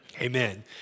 amen